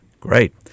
Great